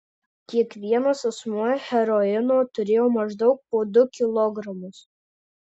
kiekvienas asmuo heroino turėjo maždaug po du kilogramus